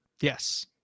yes